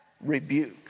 rebuke